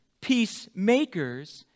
peacemakers